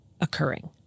occurring